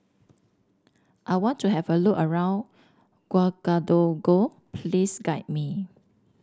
I want to have a look around Ouagadougou please guide me